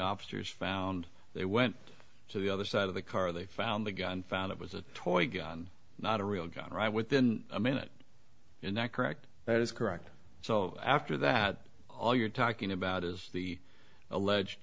officers found they went to the other side of the car they found the gun found it was a toy gun not a real gun right within a minute and that correct that is correct so after that all you're talking about is the alleged